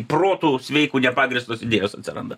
protu sveiku nepagrįstos idėjos atsiranda